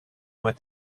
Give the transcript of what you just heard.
with